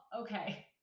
okay